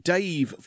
Dave